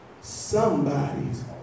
Somebody's